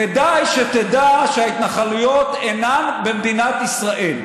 כדאי שתדע שההתנחלויות אינן במדינת ישראל.